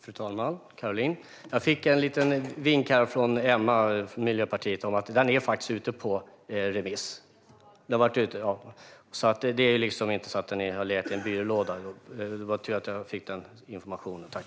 Fru talman! Caroline! Jag fick en liten vink från Emma i Miljöpartiet om att den faktiskt är ute på remiss. Det är inte så att den har legat i en byrålåda. Det var tur att jag fick den informationen - tack!